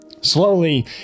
Slowly